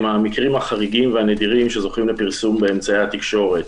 המקרים החריגים והנדירים שזוכים לפרסום באמצעי התקשורת.